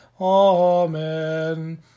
Amen